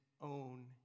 own